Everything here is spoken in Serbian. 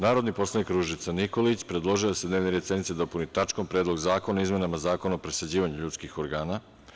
Narodni poslanik Ružica Nikolić predložila je da se dnevni red sednice dopuni tačkom – Predlog zakona o izmenama Zakona o presađivanju ljudskih organa.